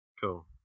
Cool